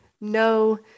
no